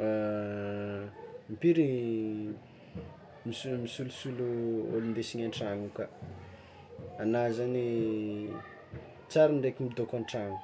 impiry miso- misolosolo olo hindesigny an-tragno aka, ana zany tsy ary indraiky midoko an-tragno.